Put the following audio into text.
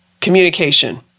Communication